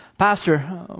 Pastor